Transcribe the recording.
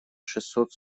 шестьсот